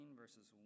verses